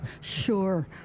Sure